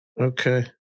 Okay